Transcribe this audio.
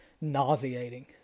nauseating